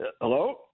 Hello